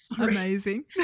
Amazing